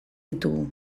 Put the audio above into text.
ditugu